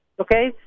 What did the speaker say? okay